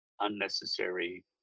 unnecessary